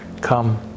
Come